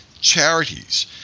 charities